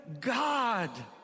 God